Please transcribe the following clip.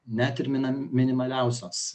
net ir mina minimaliausios